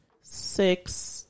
Six